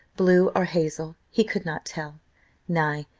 blue or hazel, he could not tell nay,